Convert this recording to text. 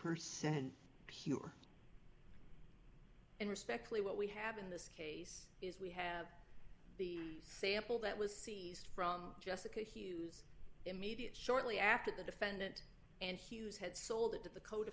percent pure and respectfully what we have in this case is we have the sample that was seized from jessica hughes immediate shortly after the defendant and hughes had sold it to the co de